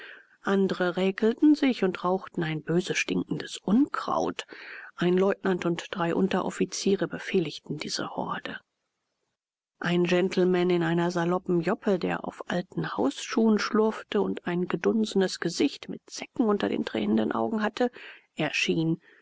andre räkelten sich und rauchten ein böse stinkendes unkraut ein leutnant und drei unteroffiziere befehligten diese horde ein gentleman in einer saloppen joppe der auf alten hausschuhen schlurfte und ein gedunsenes gesicht mit säcken unter den tränenden augen hatte erschien